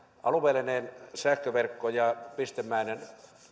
alueellinen sähköverkko ja pistemäinen